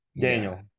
Daniel